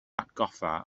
hatgoffa